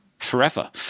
forever